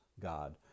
God